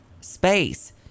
space